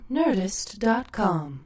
nerdist.com